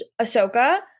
Ahsoka